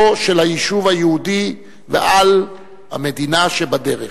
של היישוב היהודי ועל המדינה שבדרך.